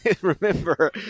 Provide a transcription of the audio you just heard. Remember